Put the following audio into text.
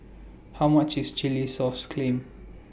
How much IS Chilli Sauce Clams